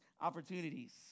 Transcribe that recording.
opportunities